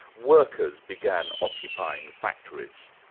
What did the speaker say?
workers began occupying factories.